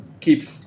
keep